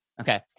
Okay